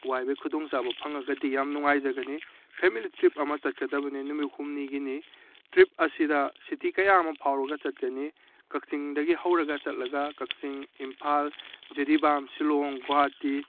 ꯋꯥꯏꯕꯒꯤ ꯈꯨꯗꯣꯡ ꯆꯥꯕ ꯐꯪꯉꯒꯗꯤ ꯌꯥꯝꯅ ꯅꯨꯡꯉꯥꯏꯖꯒꯅꯤ ꯐꯦꯃꯤꯂꯤ ꯇ꯭ꯔꯤꯞ ꯑꯃ ꯆꯠꯀꯗꯕꯅꯦ ꯅꯨꯃꯤꯠ ꯍꯨꯝꯅꯤꯒꯤꯅꯤ ꯇ꯭ꯔꯤꯞ ꯑꯁꯤꯗ ꯁꯤꯇꯤ ꯀꯌꯥ ꯑꯃ ꯐꯥꯎꯔꯒ ꯆꯠꯀꯅꯤ ꯀꯛꯆꯤꯡꯗꯒꯤ ꯍꯧꯔꯒ ꯆꯠꯂꯒ ꯀꯛꯆꯤꯡ ꯏꯝꯐꯥꯜ ꯖꯤꯔꯤꯕꯥꯝ ꯁꯤꯂꯣꯡ ꯒꯨꯍꯥꯇꯤ